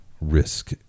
risk